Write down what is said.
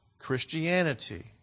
Christianity